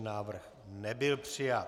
Návrh nebyl přijat.